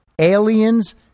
aliens